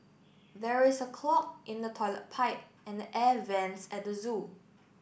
there is a clog in the toilet pipe and the air vents at the zoo